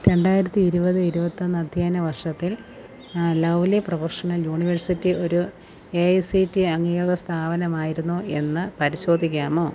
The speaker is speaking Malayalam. രണ്ടായിരത്തി ഇരുപത് ഇരുപത്തി ഒന്ന് അദ്ധ്യയന വർഷത്തിൽ ലവ്ലി പ്രൊഫഷണൽ യൂണിവേഴ്സിറ്റി ഒരു ഏ ഐ സീ റ്റീ അംഗീകൃത സ്ഥാപനമായിരുന്നോ എന്ന് പരിശോധിക്കാമോ